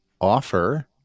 offer